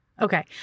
Okay